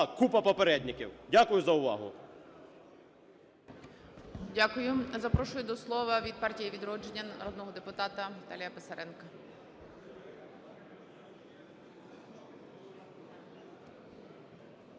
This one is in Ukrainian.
купа передників. Дякую за увагу.